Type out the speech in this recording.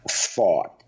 fought